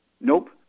Nope